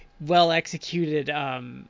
well-executed